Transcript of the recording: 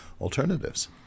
alternatives